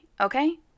okay